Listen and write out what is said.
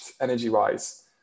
energy-wise